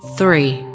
Three